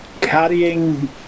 carrying